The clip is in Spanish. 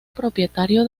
propietario